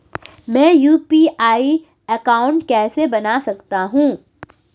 मैं UPI account कैसे बना सकता हूं?